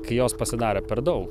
kai jos pasidarė per daug